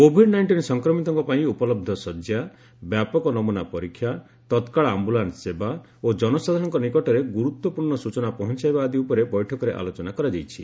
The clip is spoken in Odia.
କୋଭିଡ୍ ନାଇଷ୍ଟିନ୍ ସଂକ୍ରମିତଙ୍କ ପାଇଁ ଉପଲହ୍ର ଶଯ୍ୟା ବ୍ୟାପକ ନମୁନା ପରୀକ୍ଷା ତତ୍କାଳ ଆମ୍ଭୁଲାନ୍ନ ସେବା ଓ ଜନସାଧାରଣଙ୍କ ନିକଟରେ ଗୁରୁତ୍ୱପୂର୍ଣ୍ଣ ସୂଚନା ପହଞ୍ଚାଇବା ଆଦି ଉପରେ ବୈଠକରେ ଆଲୋଚନା କରାଯାଇଛି